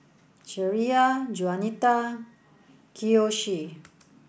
Shreya Juanita Kiyoshi